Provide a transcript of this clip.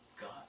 God